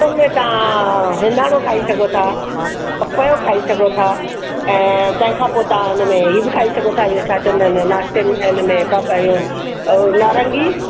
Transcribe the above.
हिन में तव्हां हिंदाणो खाई सघो था पपयो खाई सघो था ऐं तंहिंखां पोइ तव्हां हुन में हीउ बि खाई सघो था इहो छा चवंदा आहिनि नाश्ते में हिन में पपयो ऐं नारंगी